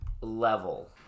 level